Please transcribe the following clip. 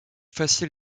facile